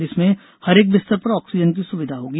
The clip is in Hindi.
जिसमें हरएक बिस्तर पर ऑक्सीजन की सुविधा होगी